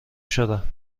شدن